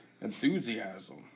Enthusiasm